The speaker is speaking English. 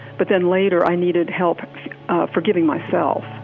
but then later i needed help forgiving myself